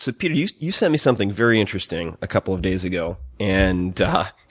so peter, you you sent me something very interesting a couple of days ago and